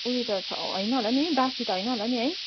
ऊ यो त हैन होला नि बासी त हैन होला नि है